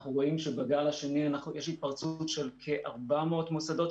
אנחנו רואים שבגל השני יש התפרצות בכ-400 מסודות,